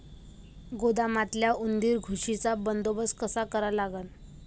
गोदामातल्या उंदीर, घुशीचा बंदोबस्त कसा करा लागन?